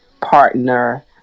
partner